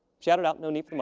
shout it out. no need for and